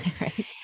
Right